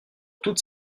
toutes